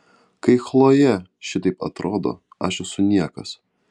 kai chlojė šitaip atrodo aš esu niekas